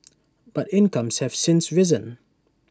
but incomes have since risen